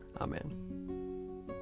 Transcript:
Amen